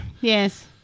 Yes